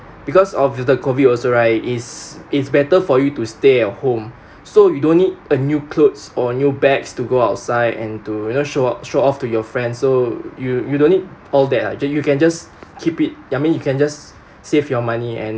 because of the COVID also right it's it's better for you to stay at home so you don't need a new clothes or new bags to go outside and to you know show of~ show off to your friend so you you don't need all that ah just you can just keep it I mean you can just save your money and